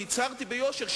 והצהרתי ביושר,